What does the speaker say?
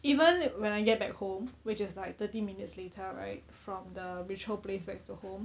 even when I get back home which is like thirty minutes later right from the ritual place back to home